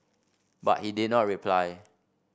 but he did not reply